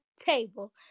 table